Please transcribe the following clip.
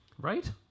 Right